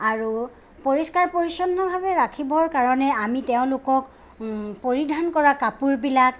আৰু পৰিষ্কাৰ পৰিচ্ছন্নভাৱে ৰাখিবৰ কাৰণে আমি তেওঁলোকক পৰিধান কৰা কাপোৰবিলাক